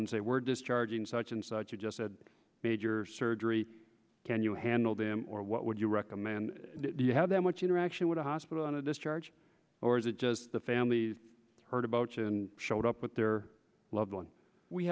and say we're discharging such and such you just said major surgery can you handle them or what would you recommend do you have that much interaction with the hospital on a discharge or is it just the family heard about it and showed up with their loved one we